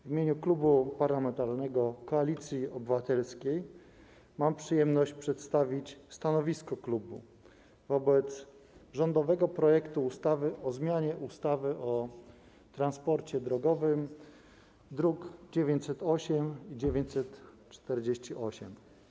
W imieniu Klubu Parlamentarnego Koalicja Obywatelska mam przyjemność przedstawić stanowisko klubu wobec rządowego projektu ustawy o zmianie ustawy o transporcie drogowym, druki nr 908 i 948.